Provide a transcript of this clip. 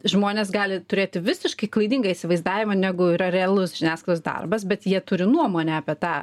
žmonės gali turėti visiškai klaidingą įsivaizdavimą negu yra realus žiniasklaidos darbas bet jie turi nuomonę apie tą